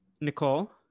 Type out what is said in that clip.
Nicole